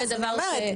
אז בוודאי אני אומרת,